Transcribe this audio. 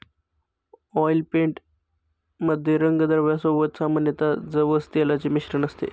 oil paint मध्ये रंगद्रव्या सोबत सामान्यतः जवस तेलाचे मिश्रण असते